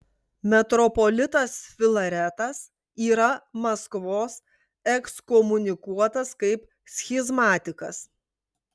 metropolitas filaretas yra maskvos ekskomunikuotas kaip schizmatikas